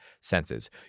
senses